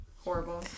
Horrible